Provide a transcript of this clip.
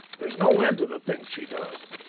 there's no end to the things she does.